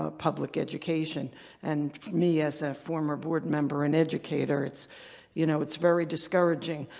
ah public education and me as a former board member and educator it's you know it's very discouraging.